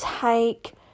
take